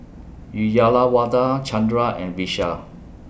Uyyalawada Chandra and Vishal